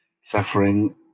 suffering